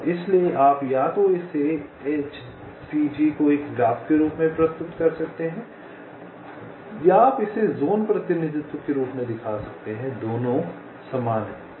इसलिए आप या तो इसे HCG को एक ग्राफ के रूप में प्रस्तुत कर सकते हैं या आप इसे ज़ोन प्रतिनिधित्व के रूप में दिखा सकते हैं दोनों समान हैं